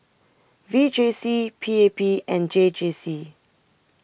V J C P A P and J J C